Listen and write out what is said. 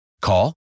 Call